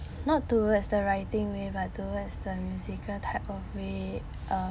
not towards the writing way but towards the musical type of way uh